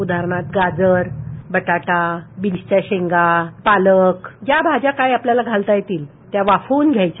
उदाहरणार्थ गाजरबटाटा बीनच्या शेंगा पालक ज्या भाज्या आपल्याला काही घालता येतील त्या वाफवून घ्यायच्या